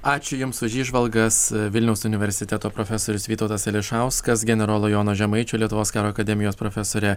ačiū jums už įžvalgas vilniaus universiteto profesorius vytautas ališauskas generolo jono žemaičio lietuvos karo akademijos profesorė